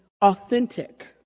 authentic